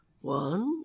One